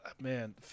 man